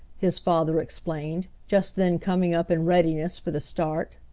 his father explained, just then coming up in readiness for the start.